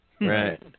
Right